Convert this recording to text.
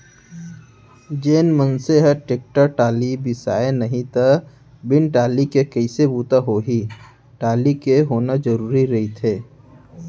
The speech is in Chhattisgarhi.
जेन मनसे ह टेक्टर टाली बिसाय नहि त बिन टाली के कइसे बूता होही टाली के होना जरुरी रहिथे